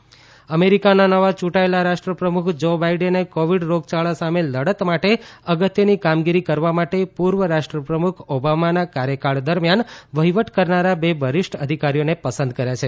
America રાષ્ટ્રપ્રમુખ અમેરિકાના નવા ચૂંટાયેલા રાષ્ટ્રપ્રમુખ જો બાઇડેને કોવિડ રોગયાળા સામે લડત માટે અગત્યની કામગીરી કરવા માટે પૂર્વ રાષ્ટ્રપ્રમુખ ઓબામાના કાર્યકાળ દરમિયાન વહિવટ કરનારા બે વરિષ્ઠ અધિકારીઓને પસંદ કર્યા છે